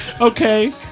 Okay